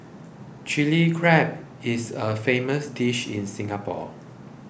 Chilli Crab is a famous dish in Singapore